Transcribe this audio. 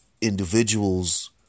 individuals